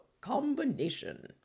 combination